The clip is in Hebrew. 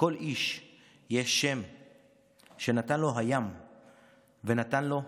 // לכל איש יש שם / שנתן לו הים / ונתן לו מותו".